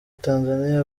tanzania